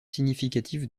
significative